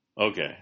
Okay